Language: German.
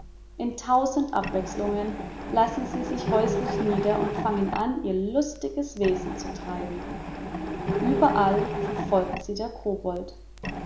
in tausend abwechslungen lassen sie sich häuslich nieder und fangen an ihr lustiges wesen zu treiben überall verfolgt sie der kobold